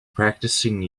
practicing